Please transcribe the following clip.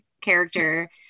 character